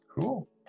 Cool